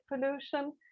pollution